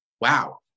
Wow